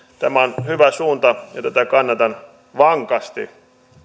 tämä on hyvä suunta ja tätä kannatan vankasti